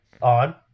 On